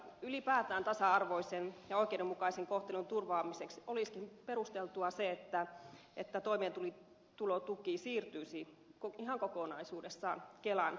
ylipäätään tasa arvoisen ja oikeudenmukaisen kohtelun turvaamiseksi olisikin perusteltua se että toimeentulotuki siirtyisi ihan kokonaisuudessaan kelan hoidettavaksi